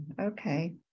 Okay